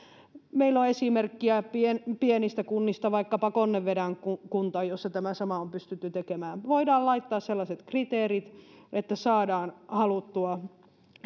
meillä on esimerkkiä pienistä pienistä kunnista vaikkapa konneveden kunta jossa tämä sama on pystytty tekemään voidaan laittaa sellaiset kriteerit että saadaan haluttua